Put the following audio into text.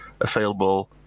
available